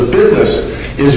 business is